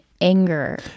anger